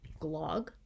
glog